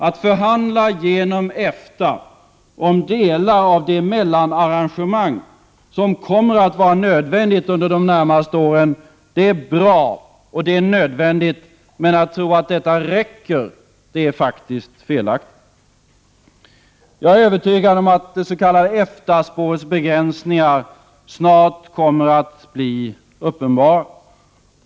Att förhandla genom EFTA om delar av det mellanarrangemang som kommer att vara nödvändigt under de närmaste åren är bra och nödvändigt, men att tro att detta räcker är felaktigt. Jag är övertygad om att det s.k. EFTA-spårets begränsningar snart kommer att bli uppenbara.